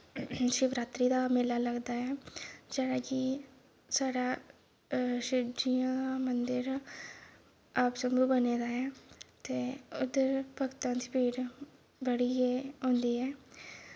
शिवरात्री दा मेला लगदा ऐ जेह्ड़ा कि साढ़ा शिवजियें दा मन्दर आप शम्भू बने दा ऐ ते उद्धर भगतां दी भीड़ बड़ी गै होंदी ऐ